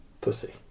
pussy